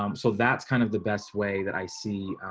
um so that's kind of the best way that i see.